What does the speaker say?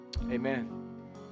amen